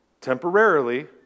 temporarily